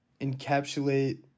encapsulate